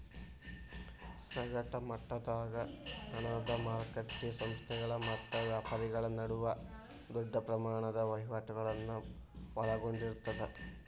ಸಗಟ ಮಟ್ಟದಾಗ ಹಣದ ಮಾರಕಟ್ಟಿ ಸಂಸ್ಥೆಗಳ ಮತ್ತ ವ್ಯಾಪಾರಿಗಳ ನಡುವ ದೊಡ್ಡ ಪ್ರಮಾಣದ ವಹಿವಾಟುಗಳನ್ನ ಒಳಗೊಂಡಿರ್ತದ